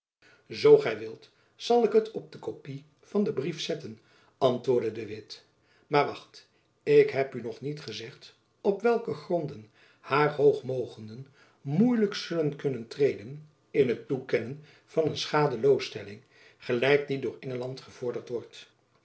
zoo gy wilt zal ik het op de kopy van den brief zetten antwoordde de witt maar wacht ik heb u nog niet gezegd op welke gronden haar hoog mogenden moeilijk zullen kunnen treden in het toekennen van een schadeloosstelling gelijk die door engeland gevorderd wordt